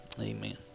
Amen